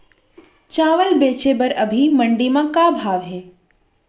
चांवल बेचे बर अभी मंडी म का भाव हे?